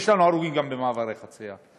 ויש לנו הרוגים גם במעברי חציה.